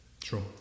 True